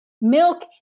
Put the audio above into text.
Milk